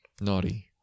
Naughty